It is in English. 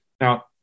Now